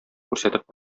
күрсәтеп